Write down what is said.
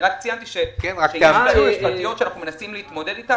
רק ציינתי שהבעיות המשפטיות שאנחנו מנסים להתמודד אתן,